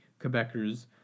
Quebecers